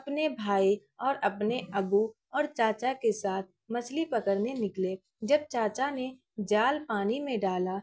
اپنے بھائی اور اپنے ابو اور چاچا کے ساتھ مچھلی پکڑنے نکلے جب چاچا نے جال پانی میں ڈالا